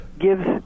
gives